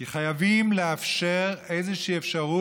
כי חייבים לתת איזו אפשרות,